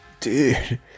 Dude